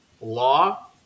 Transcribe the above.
law